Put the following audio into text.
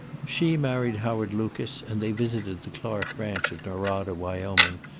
she married howard lucas and they visited the clark ranch at norada, wyoming,